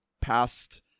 past